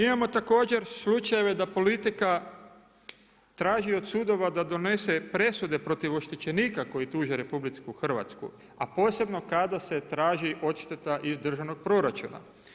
Imamo također slučajeve da politika traži od sudova da donese presude protiv oštečenika koji tuže RH a posebno kada se traži odšteta iz državnog proračuna.